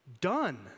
Done